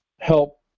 help